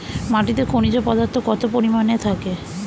মাটিতে খনিজ পদার্থ কত পরিমাণে থাকে?